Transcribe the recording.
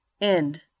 End